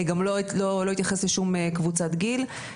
גם לא התייחס לשום קבוצת גיל.